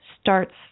starts